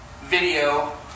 video